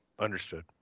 Understood